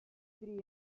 dream